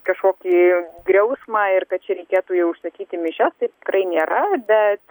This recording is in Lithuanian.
kažkokį griausmą ir kad čia reikėtų jau užsakyti mišias taip tikrai nėra bet